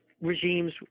regimes